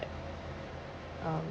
um